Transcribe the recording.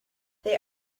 they